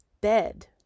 bed